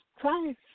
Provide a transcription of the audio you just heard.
Try